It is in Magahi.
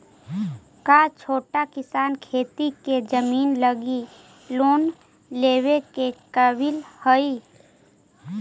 का छोटा किसान खेती के जमीन लगी लोन लेवे के काबिल हई?